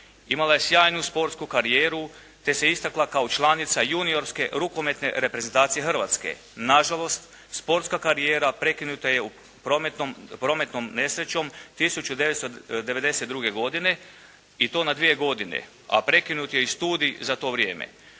Imala je sjajnu sportsku karijeru te se istakla kao članica juniorske rukometne reprezentacije Hrvatske. Nažalost, sportska karijera prekinuta je prometnom nesrećom 1992. godine i to na dvije godine a prekinut je i studij za to vrijeme.